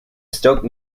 stoke